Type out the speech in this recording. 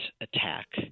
attack